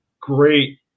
great